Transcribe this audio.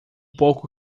pouco